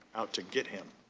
out to get him.